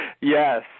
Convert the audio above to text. yes